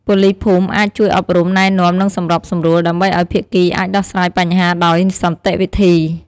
ប៉ូលីសភូមិអាច ជួយអប់រំ ណែនាំ និងសម្របសម្រួល ដើម្បីឱ្យភាគីអាចដោះស្រាយបញ្ហាដោយសន្តិវិធី។